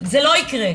זה לא יקרה,